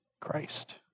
Christ